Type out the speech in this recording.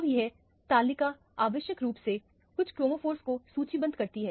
अब यह तालिका आवश्यक रूप से कुछ क्रोमोफोरस को सूचीबद्ध करती है